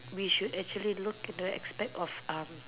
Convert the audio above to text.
we should actually look into the aspect of